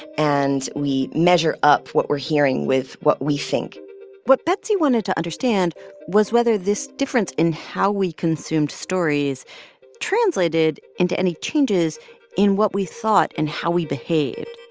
and we measure up what we're hearing with what we think what betsy wanted to understand was whether this difference in how we consumed stories translated into any changes in what we thought and how we behaved.